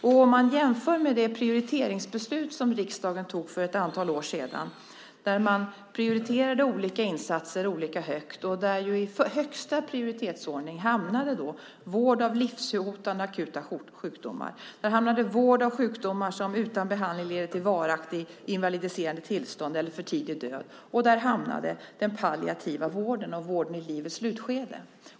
Man kan jämföra med det prioriteringsbeslut som riksdagen tog för ett antal år sedan där man prioriterade olika insatser olika högt. I högsta prioritetsordning hamnade då vård av livshotande och akuta sjukdomar, där hamnade vård av sjukdomar som utan behandling leder till varaktigt invalidiserande tillstånd eller för tidig död. Där hamnade den palliativa vården och vården i livets slutskede.